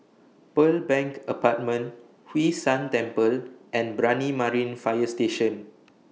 Pearl Bank Apartment Hwee San Temple and Brani Marine Fire Station